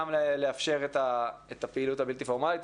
גם לאפשר את הפעילות הבלתי פורמלית,